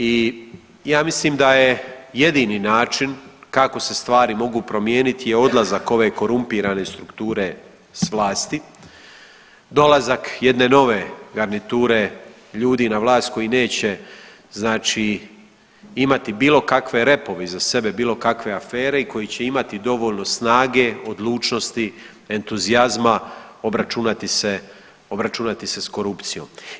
I ja mislim da je jedini način kako se stvari mogu promijeniti je odlazak ove korumpirane strukture s vlasti, dolazak jedne nove garniture ljudi na vlast koji neće znači imati bilo kakve repove iza sebe, bilo kakve afere i koji će imati dovoljno snage, odlučnosti, entuzijazma, obračunati se, obračunati se s korupcijom.